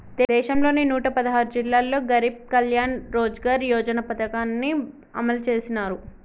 దేశంలోని నూట పదహారు జిల్లాల్లో గరీబ్ కళ్యాణ్ రోజ్గార్ యోజన పథకాన్ని అమలు చేసినారు